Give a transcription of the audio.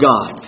God